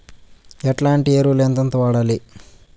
ఎట్లాంటి ఎరువులు ఎంతెంత వాడాలి?